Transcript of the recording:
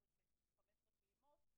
במשכורת ב-15 פעימות,